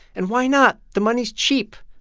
and why not? the money's cheap.